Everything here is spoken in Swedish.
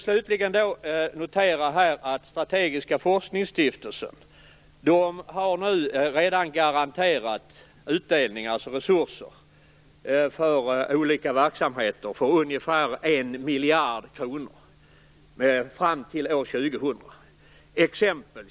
Slutligen noterar jag att Stiftelsen för strategisk forskning redan har garanterat utdelningen av resurser för olika verksamheter till ett belopp av ungefär 1 miljard kronor fram till år 2000. Jag kan ge några exempel.